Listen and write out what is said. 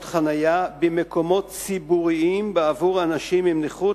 חנייה במקומות ציבוריים בעבור אנשים עם נכות,